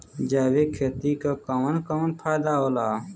जैविक खेती क कवन कवन फायदा होला?